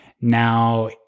Now